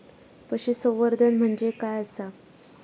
पशुसंवर्धन म्हणजे काय आसा?